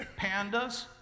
Pandas